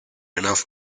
enough